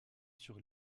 sur